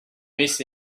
miss